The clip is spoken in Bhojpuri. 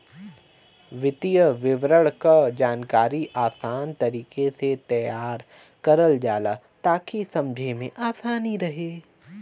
वित्तीय विवरण क जानकारी आसान तरीके से तैयार करल जाला ताकि समझे में आसानी रहे